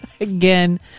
Again